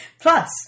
Plus